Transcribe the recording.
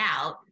out